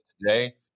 today